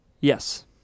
Yes